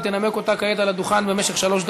והיא תנמק אותה כעת על הדוכן במשך שלוש דקות.